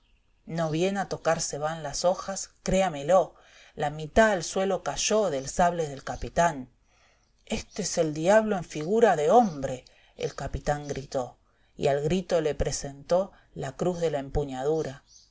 no bien a tocarse van las hojas créamelo la mita al suelo cayó del sable del capitán i este es el diablo en figura de hombre el capitán gritó y al grito le presentó la cruz de la empuñadura